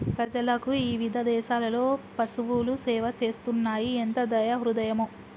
ప్రజలకు ఇవిధ దేసాలలో పసువులు సేవ చేస్తున్నాయి ఎంత దయా హృదయమో